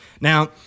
Now